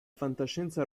fantascienza